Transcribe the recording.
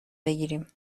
بگیریم